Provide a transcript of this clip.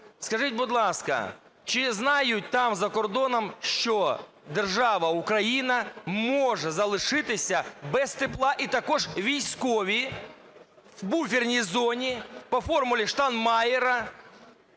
Скажіть, будь ласка, чи знають там за кордоном, що держава Україна може залишитися без тепла і також військові в буферній зоні по "формулі Штайнмайєра"?